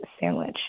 sandwich